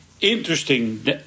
Interesting